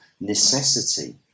necessity